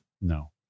No